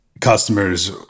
customers